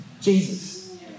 Jesus